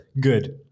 Good